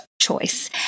Choice